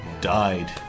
died